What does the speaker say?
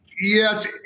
Yes